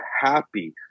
happy